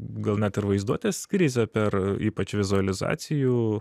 gal net ir vaizduotės krizę per ypač vizualizacijų